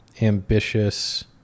ambitious